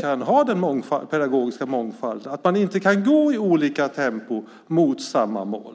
kan ha den pedagogiska mångfalden, att man inte kan gå i olika tempon mot samma mål?